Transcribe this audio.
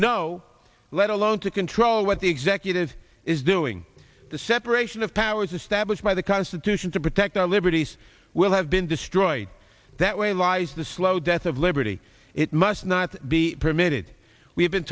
know let alone to control what the executive is doing the separation of powers established by the constitution to protect our liberties will have been destroyed that way lies the slow death of liberty it must not be permitted we have been